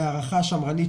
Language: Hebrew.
בהערכה שמרנית,